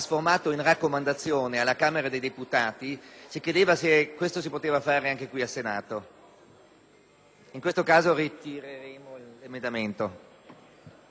In questo caso ritireremmo l’emendamento.